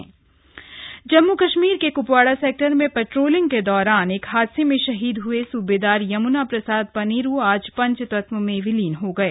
शहीद को श्रद्धाजंलि जम्मू कश्मीर के कृपवाड़ा सैक्टर में पेट्रोलिंग के दौरान एक हादसे में शहीद हये सुबेदार यमुना प्रसाद पनेरू आज पंचतत्व में विलीन हो गये